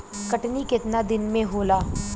कटनी केतना दिन में होला?